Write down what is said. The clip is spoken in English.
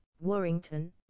Warrington